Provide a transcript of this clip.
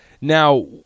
Now